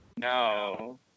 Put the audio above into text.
No